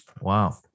Wow